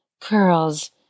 curls